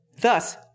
thus